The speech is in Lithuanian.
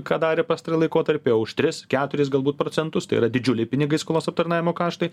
ką darė pastarąjį laikotarpį o už tris keturis galbūt procentus tai yra didžiuliai pinigai skolos aptarnavimo kaštai